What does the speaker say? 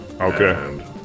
Okay